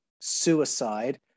suicide